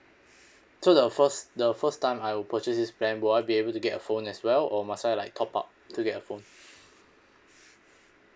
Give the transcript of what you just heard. so the first the first time I would purchase this brand will I be able to get a phone as well or must I like top up to get a phone